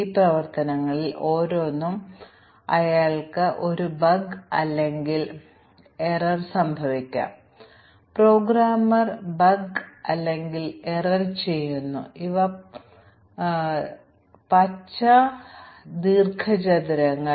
യോഗ്യതയുള്ള programme competent programmer hypothesis പറയുന്നത് പ്രോഗ്രാമർമാർ മിക്കവാറും ശരിയായ പ്രോഗ്രാമുകൾ എഴുതുന്നു എന്നാണ്